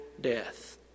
death